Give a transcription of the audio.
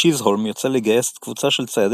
צ'יזהולם יוצא לגייס קבוצה של ציידי